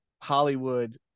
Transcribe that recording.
Hollywood